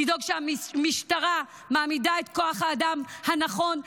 לדאוג שהמשטרה מעמידה את כוח האדם הנכון,